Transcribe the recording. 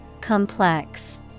Complex